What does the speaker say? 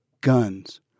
Guns